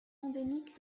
endémique